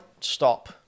stop